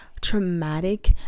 traumatic